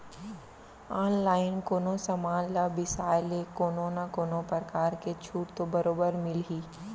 online कोनो समान ल बिसाय ले कोनो न कोनो परकार के छूट तो बरोबर मिलही